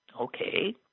Okay